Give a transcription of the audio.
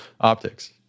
optics